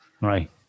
Right